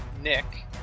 Nick